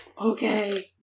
Okay